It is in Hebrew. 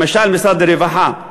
למשל משרד הרווחה,